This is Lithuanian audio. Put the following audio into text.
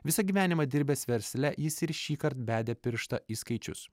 visą gyvenimą dirbęs versle jis ir šįkart bedė pirštą į skaičius